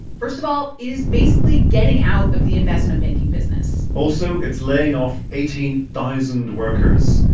first of all, it is basically getting out of the investment banking business also, it's laying off eighteen thousand workers,